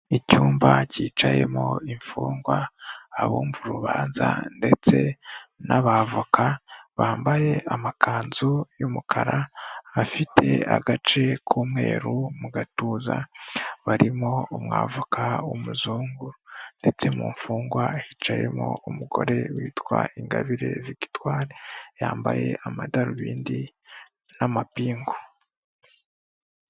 Icyumba kicayemo imfungwa abumva urubanza ndetse n'abavoka bambaye amakanzu y'umukara afite agace k'umweru mu gatuza, barimo umwavoka w'umuzungu ndetse mu mfungwa hicayemo umugore witwa Ingabire Victoire yambaye amadarubindi n'amapingu.